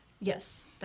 Yes